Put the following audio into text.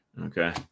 Okay